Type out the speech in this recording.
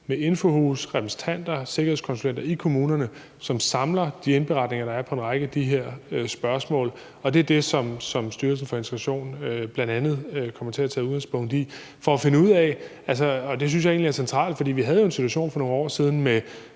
med infohuse, repræsentanter og sikkerhedskonsulenter i kommunerne, som samler de indberetninger, der er i forhold til en række af de her spørgsmål, og det er bl.a. det, som Styrelsen for Integration kommer til at tage udgangspunkt i, og det synes jeg egentlig er centralt. For vi havde jo for nogle år siden en